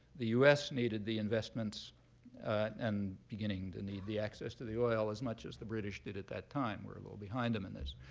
the us needed the investments and beginning to need the access to the oil as much as the british did at that time. we're a little behind them in this.